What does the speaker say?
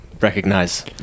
Recognize